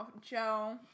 Joe